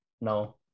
No